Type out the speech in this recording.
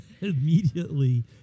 Immediately